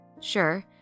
Sure